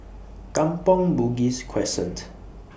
Kampong Bugis Crescent